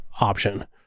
option